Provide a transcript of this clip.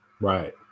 Right